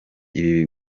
ibi